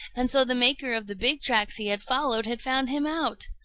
and so the maker of the big tracks he had followed had found him out.